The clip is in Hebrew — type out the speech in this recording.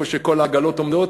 איפה שכל העגלות עומדות,